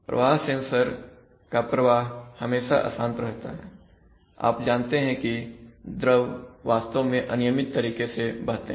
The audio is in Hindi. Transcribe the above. प्रवाह सेंसर का प्रवाह हमेशा अशांत रहता है आप जानते हैं कि द्रव वास्तव में अनियमित तरीके से बहते हैं